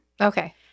Okay